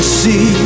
see